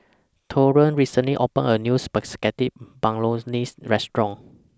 Taurean recently opened A New Spaghetti Bolognese Restaurant